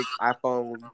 iPhone